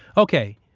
okay.